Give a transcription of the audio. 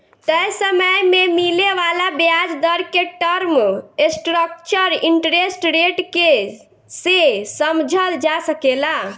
तय समय में मिले वाला ब्याज दर के टर्म स्ट्रक्चर इंटरेस्ट रेट के से समझल जा सकेला